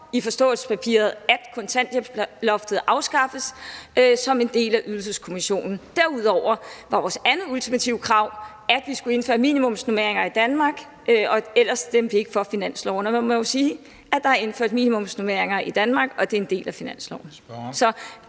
i forståelsespapiret, at kontanthjælpsloftet afskaffes som en del af Ydelseskommissionen. Derudover var vores andet ultimative krav, at vi skulle indføre minimumsnormeringer i Danmark, og ellers stemte vi ikke for finansloven. Og man må jo sige, at der er indført minimumsnormeringer i Danmark, og at det er en del af finansloven.